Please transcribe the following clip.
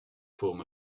form